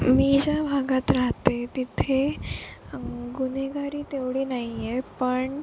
मी ज्या भागात राहते तिथे गुन्हेगारी तेवढी नाही आहे पण